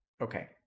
Okay